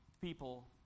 people